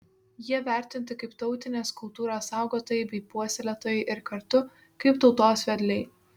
jie vertinti kaip tautinės kultūros saugotojai bei puoselėtojai ir kartu kaip tautos vedliai